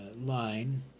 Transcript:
line